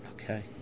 Okay